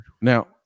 Now